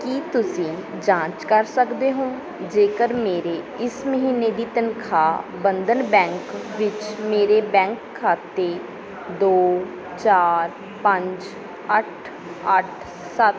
ਕੀ ਤੁਸੀਂਂ ਜਾਂਚ ਕਰ ਸਕਦੇ ਹੋ ਜੇਕਰ ਮੇਰੀ ਇਸ ਮਹੀਨੇ ਦੀ ਤਨਖਾਹ ਬੰਧਨ ਬੈਂਕ ਵਿੱਚ ਮੇਰੇ ਬੈਂਕ ਖਾਤੇ ਦੋ ਚਾਰ ਪੰਜ ਅੱਠ ਅੱਠ ਸੱਤ